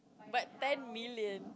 but ten million